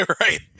right